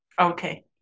Okay